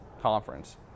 conference